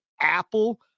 Apple